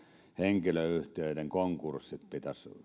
henkilöyhtiöitä pitäisi